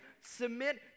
submit